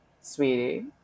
sweetie